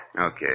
Okay